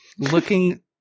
looking